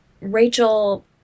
Rachel